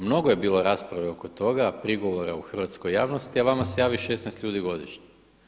Mnogo je bilo rasprave oko toga, prigovora u hrvatskoj javnosti, a vama se javi 16 ljudi godišnje.